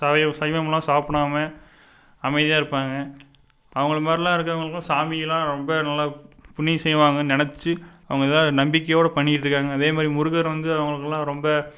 சை அசைவம்லாம் சாப்பிடாம அமைதியாக இருப்பாங்கள் அவங்கள மாதிரிலாம் இருக்கிறவங்களுக்குலாம் சாமியெலாம் ரொம்ப நல்லா புண்ணியம் செய்வாங்கன்னு நினைச்சு அவங்க இதை நம்பிக்கையோடு பண்ணிகிட்டு இருக்காங்கள் அதேமாதிரி முருகர் வந்து அவங்களுக்குலாம் ரொம்ப